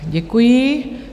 Děkuji.